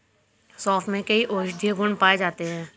सोंफ में कई औषधीय गुण पाए जाते हैं